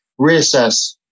reassess